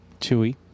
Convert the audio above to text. Chewy